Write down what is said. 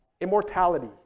Immortality